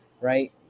right